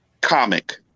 comic